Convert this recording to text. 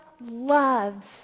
loves